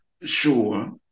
sure